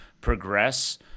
progress